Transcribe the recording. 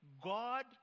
God